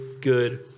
good